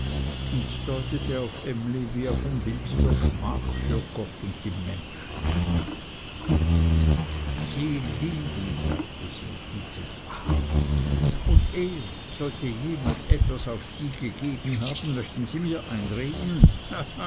und deutete auf emly wie auf ein bild der schmach für gott und die menschen sie lieben sagte sie dieses aas und er sollte jemals etwas auf sie gegeben haben möchte sie mir einreden